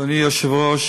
אדוני היושב-ראש,